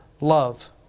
Love